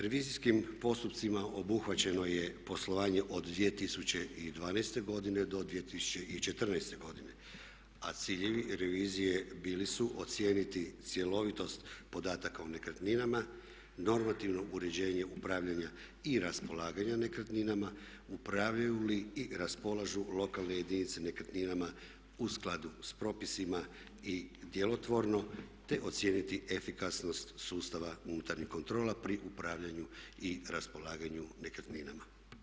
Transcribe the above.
Revizijskim postupcima obuhvaćeno je poslovanje od 2012. godine do 2014. godine a ciljevi revizije bili su ocijeniti cjelovitost podataka u nekretninama, normativno uređenje upravljanja i raspolaganja nekretninama, upravljaju li i raspolažu lokalne jedinice nekretninama u skladu sa propisima i djelotvorno, te ocijeniti efikasnost sustava unutarnjih kontrola pri upravljanju i raspolaganju nekretninama.